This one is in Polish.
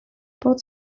pot